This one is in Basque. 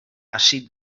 hasi